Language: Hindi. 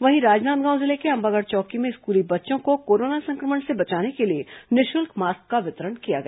वहीं राजनांदगांव जिले के अंबागढ़ चौकी में स्कूली बच्चों को कोरोना संक्रमण से बचाने के लिए निःशुल्क मास्क का वितरण किया गया